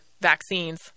vaccines